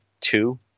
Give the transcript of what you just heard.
two